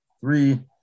Three –